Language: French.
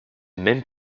même